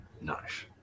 Nice